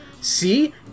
See